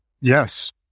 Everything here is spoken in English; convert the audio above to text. Yes